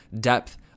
depth